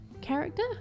character